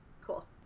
cool